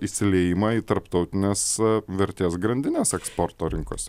įsiliejimą į tarptautinės vertės grandines eksporto rinkose